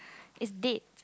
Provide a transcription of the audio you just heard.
it's date